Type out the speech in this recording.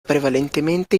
prevalentemente